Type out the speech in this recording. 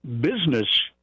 business